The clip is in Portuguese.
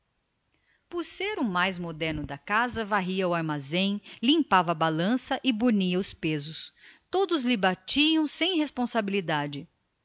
por ser o mais novo na casa varria o armazém limpava as balanças e burnia os pesos de latão todos lhe batiam sem responsabilidade